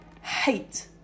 hate